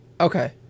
okay